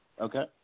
Okay